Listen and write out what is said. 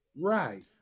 Right